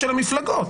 בבחירות.